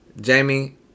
Jamie